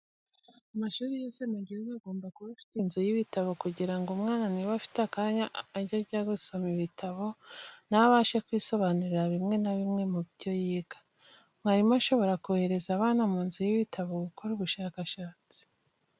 Amashuri yose mu gihugu agomba kuba afite inzu y'ibitabo kugira ngo umwana niba afite akanya ajye gusoma ibitabo na we abashe kwisobanurira bimwe na bimwe mu byo yiga. Mwarimu ashobora kohereza abana mu nzu y'ibitabo gukora ubushakashatsi.